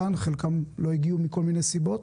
חלקם לא הגיעו מכל מיני סיבות.